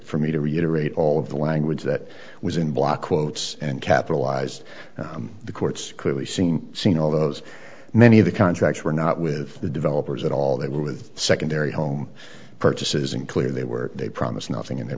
for me to reiterate all of the language that was in block quotes and capitalized the court's clearly seen seen all those many of the contracts were not with the developers at all that with secondary home purchases and clear they were they promised nothing and they